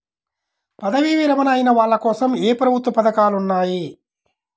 పదవీ విరమణ అయిన వాళ్లకోసం ఏ ప్రభుత్వ పథకాలు ఉన్నాయి?